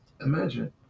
Imagine